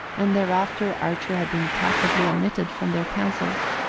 and thereafter archer had been tacitly omitted from their counsels.